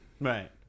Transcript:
Right